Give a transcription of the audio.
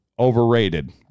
overrated